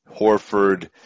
Horford